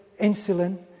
insulin